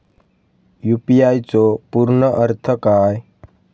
UPI चो पूर्ण अर्थ काय?